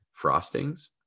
frostings